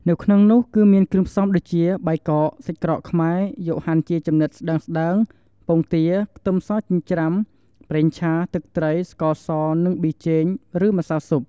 នៅក្នុងនោះ គឺមានគ្រឿងផ្សំដូចជា បាយកក សាច់ក្រកខ្មែរ យកហាន់ជាចំណិតស្តើងៗ ពងទា ខ្ទឹមសចិញ្ច្រាំ ប្រេងឆា ទឹកត្រី ស្ករស និង ប៊ីចេង ឬម្សៅស៊ុប។